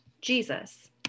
Jesus